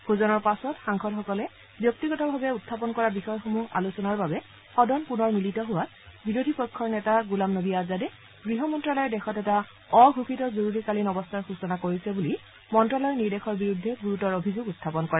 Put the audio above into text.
ভোজনৰ পাছত সাংসদসকলে ব্যক্তিগতভাৱে উখাপন কৰা বিষয়সমূহ আলোচনাৰ বাবে সদন পূনৰ মিলিত হোৱাত বিৰোধী পক্ষৰ নেতা গোলাম নবী আজাদে গৃহ মন্নালয়ে দেশত এটা অঘোষিত জৰুৰীকালীন অৱস্থাৰ সূচনা কৰিছে বুলি মন্ত্ৰালয়ৰ নিৰ্দেশৰ বিৰুদ্ধে গুৰুতৰ অভিযোগ উখাপন কৰে